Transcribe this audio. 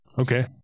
Okay